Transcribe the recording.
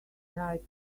tight